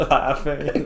laughing